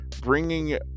bringing